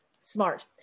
smart